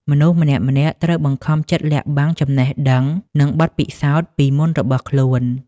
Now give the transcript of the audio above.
មនុស្សម្នាក់ៗត្រូវបង្ខំចិត្តលាក់បាំងចំណេះដឹង និងបទពិសោធន៍ពីមុនរបស់ខ្លួន។